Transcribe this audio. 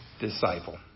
disciple